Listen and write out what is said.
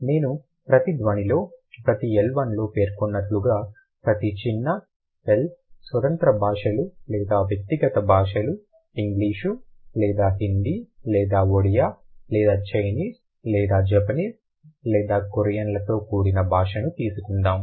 నేను ప్రతి ధ్వనిని ప్రతి L1లో పేర్కొన్నట్లుగా ఒక చిన్న l స్వతంత్ర భాషలు లేదా వ్యక్తిగత భాషలు ఇంగ్లీషు లేదా హిందీ లేదా ఒడియా లేదా చైనీస్ లేదా జపనీస్ లేదా కొరియన్లతో కూడిన భాషను తీసుకుందాం